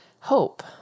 hope